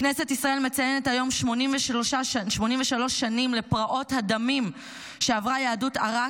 כנסת ישראל מציינת היום 83 שנים לפרעות הדמים שעברה יהדות עיראק,